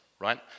right